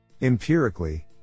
empirically